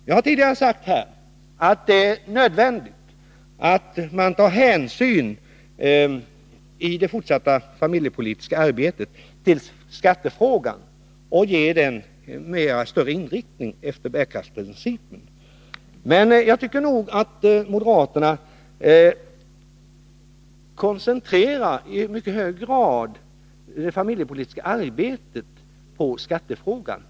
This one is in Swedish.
När det gäller det fortsatta familjepolitiska arbetet har jag tidigare sagt att det är nödvändigt att hänsyn tas till skattefrågan och att denna får en bredare inriktning, efter bärkraftsprincipen. Men jag tycker nog att moderaterna i mycket hög grad koncentrerar det familjepolitiska arbetet på skattefrågan.